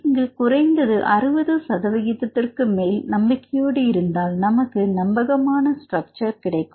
இங்கு குறைந்தது 60 சதவீதத்திற்கு மேல் நம்பிக்கையோடு இருந்தால் நமக்கு நம்பகமான ஸ்ட்ரக்சர் கிடைக்கும்